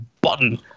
button